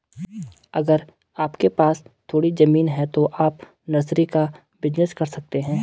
अगर आपके पास थोड़ी ज़मीन है तो आप नर्सरी का बिज़नेस कर सकते है